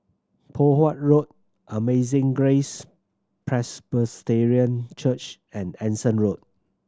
Poh Huat Road Amazing Grace Presbyterian Church and Anson Road